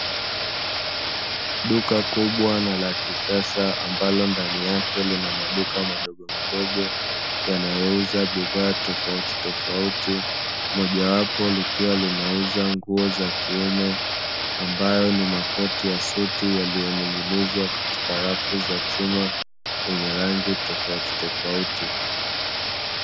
Duka kubwa na la kisasa ambalo ndani yake lina maduka madogomadogo yanayouza bidhaa tofautitofauti, moja wapo likiwa linalouza nguo za kiume ambayo ni makoti ya suti yaliyoning'inizwa katika rafu za chuma yenye rangi tofautitofauti.